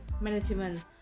management